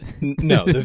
No